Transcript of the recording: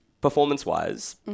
Performance-wise